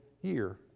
year